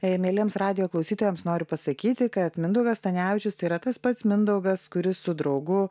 ė mieliems radijo klausytojams noriu pasakyti kad mindaugas stanevičius yra tas pats mindaugas kuris su draugu